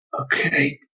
Okay